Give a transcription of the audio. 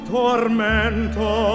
tormento